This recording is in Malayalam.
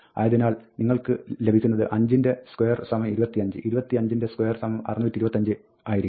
ആയതിനാൽ നിങ്ങൾക്ക് ലഭിക്കന്നത് 5 ൻറെ square സമം 25 25 ൻറെ square സമം 625 എന്ന് ആയിരിക്കും